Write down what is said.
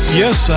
yes